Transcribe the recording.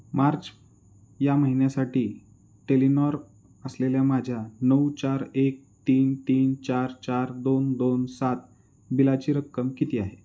मार्च या महिन्यासाठी टेलिनॉर असलेल्या माझ्या नऊ चार एक तीन तीन चार चार दोन दोन सात बिलाची रक्कम किती आहे